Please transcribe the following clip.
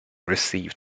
received